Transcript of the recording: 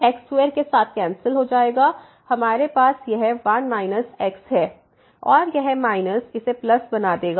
तो यह x x2 के साथ कैंसिल हो जाएगा हमारे पास यह 1 x है और यह माइनस इसे प्लस बना देगा